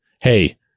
hey